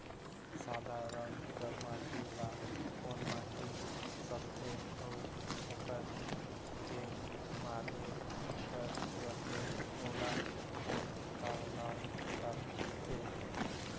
सादा रंग कर माटी ला कौन माटी सकथे अउ ओकर के माधे कर रथे ओला कौन का नाव काथे?